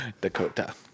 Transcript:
Dakota